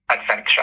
adventure